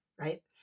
Right